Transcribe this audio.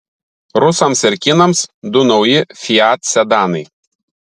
rusams ir kinams du nauji fiat sedanai